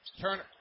Turner